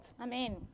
Amen